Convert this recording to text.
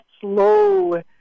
slow